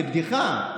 זו בדיחה,